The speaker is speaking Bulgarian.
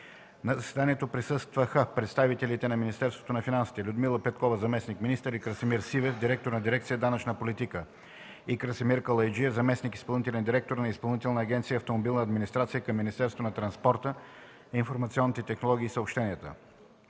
На заседанието присъстваха представителите на Министерството на финансите: Людмила Петкова – заместник-министър, и Красимир Сивев – директор на дирекция „Данъчна политика“, и Красимир Калайджиев – заместник-изпълнителен директор на Изпълнителна агенция ”Автомобилна администрация” към Министерството на транспорта, информационните технологии и съобщенията.